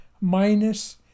minus